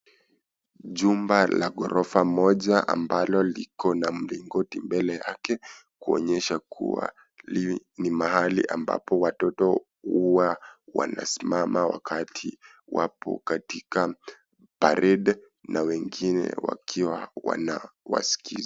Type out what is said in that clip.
Chumba la ghorofa moja, ambalo liko na mlingoti mbele yake, kuonyesha kuwa li ni mahali ambapo watoto wanasimama wakati wapo katika paredi na wengine wakiwa wanawasikiliza.